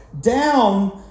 down